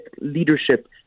leadership